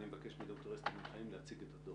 אני מבקש מד"ר אסתי בן חיים להציג את הדוח.